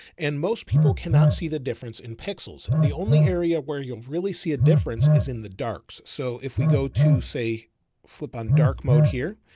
and most people cannot see the difference in pixels. the only area where you'll really see a difference is in the darks. so if we go to say flip on dark mode here,